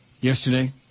Yesterday